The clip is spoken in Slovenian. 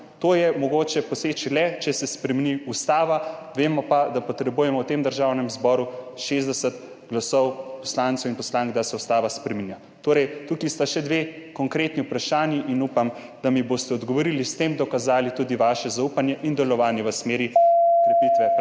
to je mogoče poseči le, če se spremeni ustava, vemo pa, da potrebujemo v tem državnem zboru 60 glasov poslancev in poslank, da se ustava spreminja. Torej, tukaj sta še dve konkretni vprašanji in upam, da mi boste odgovorili in s tem dokazali tudi svoje zaupanje in delovanje v smeri krepitve pravne